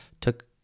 took